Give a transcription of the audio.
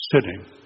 sitting